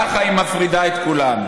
ככה היא מפרידה בין כולם.